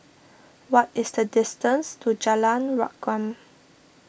what is the distance to Jalan Rukam